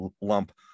lump